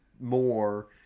more